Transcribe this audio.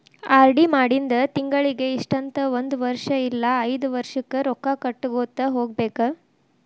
RD ಮಾಡಿಂದ ತಿಂಗಳಿಗಿ ಇಷ್ಟಂತ ಒಂದ್ ವರ್ಷ್ ಇಲ್ಲಾ ಐದ್ ವರ್ಷಕ್ಕ ರೊಕ್ಕಾ ಕಟ್ಟಗೋತ ಹೋಗ್ಬೇಕ್